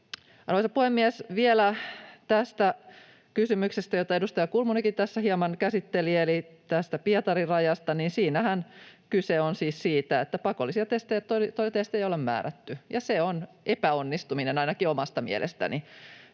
Arvoisa puhemies! Vielä tästä kysymyksestä, jota edustaja Kulmunikin tässä hieman käsitteli, eli tästä Pietarin-rajasta. Siinähän kyse on siis siitä, että pakollisia testejä ei ole määrätty, ja se on epäonnistuminen ainakin omasta mielestäni.